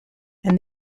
and